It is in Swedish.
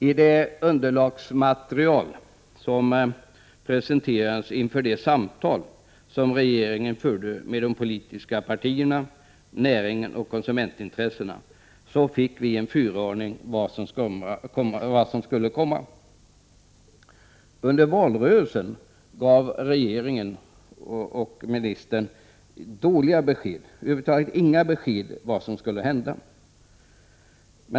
I det underlagsmaterial som presenterades inför de samtal som regeringen förde med de politiska partierna, näringen och konsumentintressena fick vi en förvarning om vad som skulle komma. Under valrörelsen gav regeringen och jordbruksministern dåliga besked, över huvud taget inga besked om vad som skulle hända.